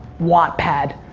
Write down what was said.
wattpad.